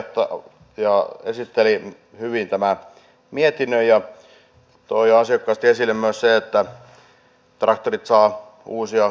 valiokunnan puheenjohtaja esitteli hyvin tämän mietinnön ja toi ansiokkaasti esille myös sen että traktorit saavat uusia korttiluokkia